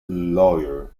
lawyer